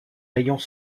rayons